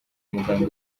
muganga